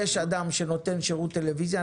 יש אדם שנותן שירות טלוויזיה,